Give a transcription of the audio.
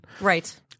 right